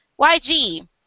YG